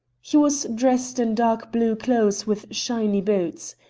he was dressed in dark blue clothes with shiny boots.